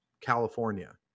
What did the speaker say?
California